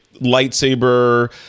lightsaber